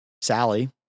Sally